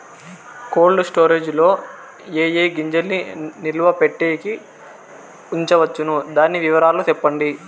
Cold storage లో ఏ ఏ గింజల్ని నిలువ పెట్టేకి ఉంచవచ్చును? దాని వివరాలు సెప్పండి?